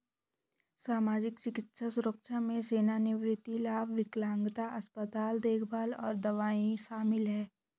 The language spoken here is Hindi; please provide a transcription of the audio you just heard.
सामाजिक, चिकित्सा सुरक्षा में सेवानिवृत्ति लाभ, विकलांगता, अस्पताल देखभाल और दवाएं शामिल हैं